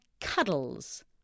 cuddles